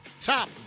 top